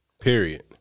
Period